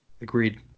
Agreed